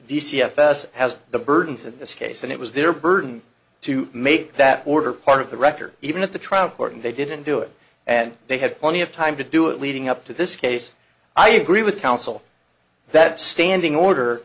s has the burdens in this case and it was their burden to make that order part of the record even at the trial court and they didn't do it and they had plenty of time to do it leading up to this case i agree with counsel that standing